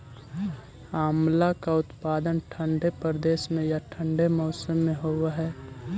आंवला का उत्पादन ठंडे प्रदेश में या ठंडे मौसम में होव हई